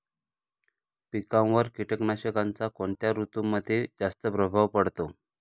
पिकांवर कीटकनाशकांचा कोणत्या ऋतूमध्ये जास्त प्रभाव पडतो?